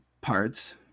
parts